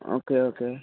okay okay